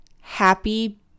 happy